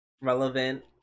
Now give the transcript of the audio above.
relevant